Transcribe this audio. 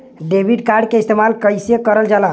Debit card के इस्तेमाल कइसे करल जाला?